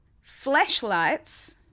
flashlights